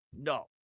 No